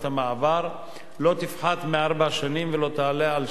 לא תפחת מארבע שנים ולא תעלה על שש שנים.